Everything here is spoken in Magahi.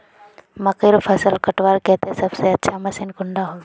मकईर फसल कटवार केते सबसे अच्छा मशीन कुंडा होबे?